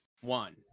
one